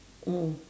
mm